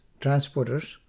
transporters